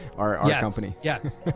our company. yes,